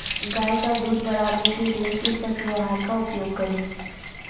गाय का दूध बढ़ाने के लिए किस पशु आहार का उपयोग करें?